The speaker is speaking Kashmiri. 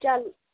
چل